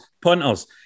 punters